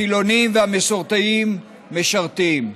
החילונים והמסורתיים, משרתים.